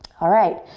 alright,